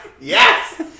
Yes